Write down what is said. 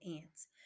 ants